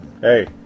hey